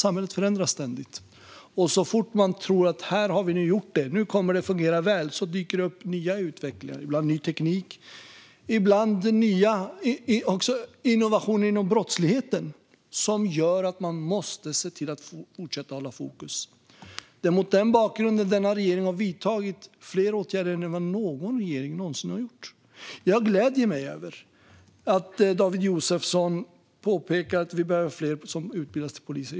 Samhället förändras nämligen ständigt, och så fort man tror att nu har vi gjort det här och nu kommer det att fungera väl dyker det upp nya utvecklingar - ibland ny teknik, ibland innovationer inom brottsligheten - som gör att man måste se till att fortsätta att hålla fokus. Det är mot den bakgrunden som regeringen har vidtagit fler åtgärder än någon annan regering någonsin har gjort. Jag gläder mig åt att David Josefsson påpekar att vi behöver fler som utbildar sig till poliser.